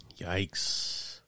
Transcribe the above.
Yikes